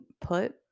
put